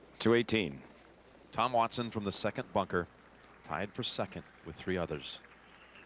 to eighteen tom watson from the second bunker tied for second with three others.